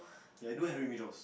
okay I do have remedials